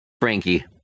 Frankie